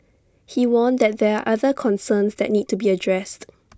he warned that there are other concerns that need to be addressed